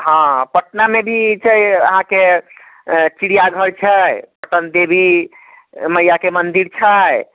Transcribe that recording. हँ पटनामे भी छै अहाँकेँ चिड़ियाघर छै अपन देवी मइयाके मन्दिर छै